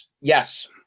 Yes